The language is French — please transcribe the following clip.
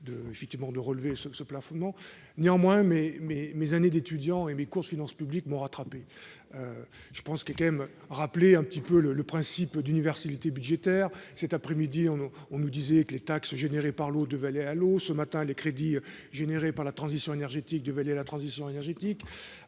augmente le plafond de ces taxes. Toutefois, mes années d'étudiant et mes cours de finances publiques m'ont rattrapé : peut-être faut-il rappeler le principe d'universalité budgétaire ? Cet après-midi, on nous disait que les taxes générées par l'eau devaient aller à l'eau ; ce matin que les crédits générés par la transition énergétique devaient aller à la transition énergétique